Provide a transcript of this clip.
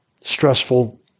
stressful